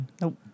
Nope